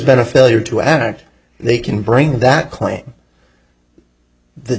been a failure to act they can bring that claim that